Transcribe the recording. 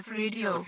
radio